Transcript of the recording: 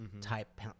type